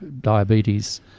diabetes